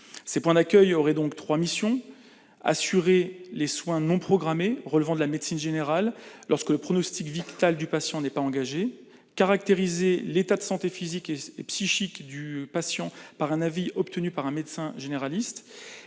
Ces points d'accueil auraient trois missions : assurer les soins non programmés relevant de la médecine générale, lorsque le pronostic vital du patient n'est pas engagé ; caractériser l'état de santé physique et psychique du patient par un avis obtenu par un médecin généraliste